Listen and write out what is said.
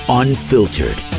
unfiltered